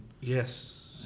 Yes